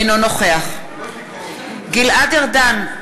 אינו נוכח גלעד ארדן,